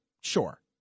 Sure